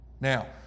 Now